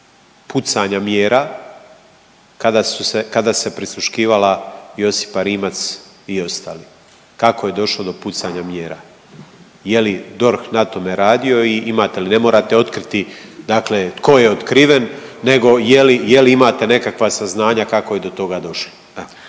kada su se, kada se prisluškivala Josipa Rimac i ostali, kako je došlo do pucanja mjera, je li DORH na tome radio i imate li, ne morate otkriti dakle tko je otkriven nego je li, je li imate nekakva saznanja kako je do toga došlo,